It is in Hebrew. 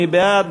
מי בעד?